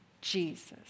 Jesus